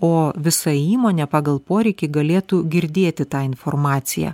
o visa įmonė pagal poreikį galėtų girdėti tą informaciją